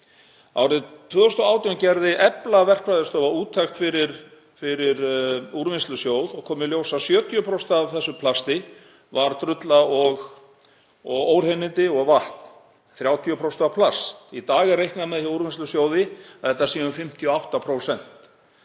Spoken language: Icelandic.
Árið 2018 gerði EFLA verkfræðistofa úttekt fyrir Úrvinnslusjóð og kom í ljós að 70% af þessu plasti var drulla, óhreinindi og vatn. 30% var plast. Í dag er reiknað með hjá Úrvinnslusjóði að þetta séu um 58%.